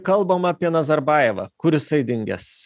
kalbama apie nazarbajevą kur jisai dingęs